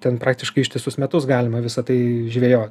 ten praktiškai ištisus metus galima visą tai žvejot